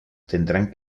tendrán